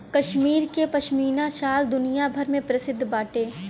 कश्मीर के पश्मीना शाल दुनिया भर में प्रसिद्ध बाटे